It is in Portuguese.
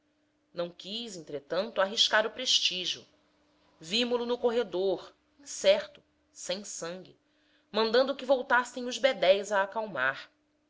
não quis entretanto arriscar o prestigio vimo lo no corredor incerto sem sangue mandando que voltassem os bedéis a acalmar